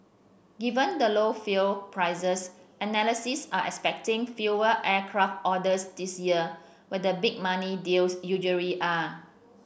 given the low fuel prices analysts are expecting fewer aircraft orders this year where the big money deals usually are